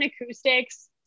acoustics